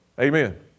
Amen